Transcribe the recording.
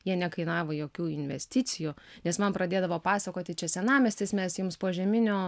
jie nekainavo jokių investicijų nes man pradėdavo pasakoti čia senamiestis mes jums požeminių